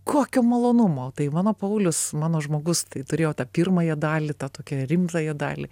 kokio malonumo tai mano paulius mano žmogus tai turėjo tą pirmąją dalį tą tokią rimtąją dalį